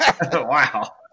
Wow